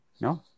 No